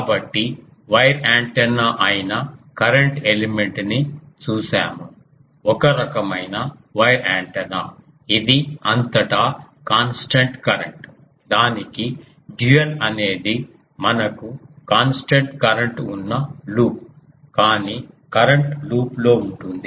కాబట్టి wire antenna అయిన current element ని చూశాము ఒక రకమైన వైర్ యాంటెన్నా ఇది అంతటా కాన్స్టెంట్ కరెంట్ దానికి డ్యూయల్ అనేది మనకు కాన్స్టెంట్ కరెంట్ ఉన్న లూప్ కానీ కరెంట్ లూప్లో ఉంటుంది